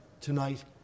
tonight